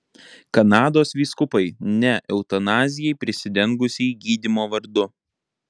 kanados vyskupai ne eutanazijai prisidengusiai gydymo vardu